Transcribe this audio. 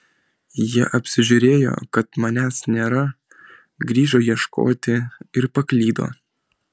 jie apsižiūrėjo kad manęs nėra grįžo ieškoti ir paklydo